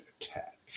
attack